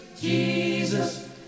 Jesus